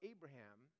Abraham